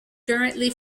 currently